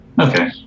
Okay